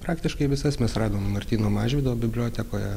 praktiškai visas mes radom martyno mažvydo bibliotekoje